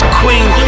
queen